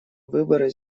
выборы